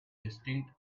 distinct